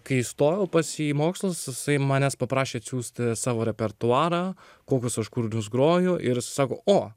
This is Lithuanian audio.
kai stojau pas jį į mokslus jisai manęs paprašė atsiųsti savo repertuarą kokius aš kūrinius groju ir jis sako o